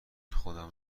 خودم